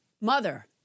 Mother